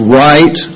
right